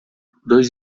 dois